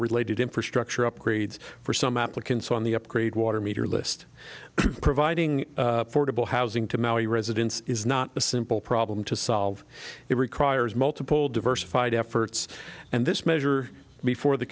related infrastructure upgrades for some applicants on the upgrade water meter list providing affordable housing to maui residents is not a simple problem to solve it requires multiple diversified efforts and this measure before the